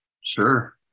Sure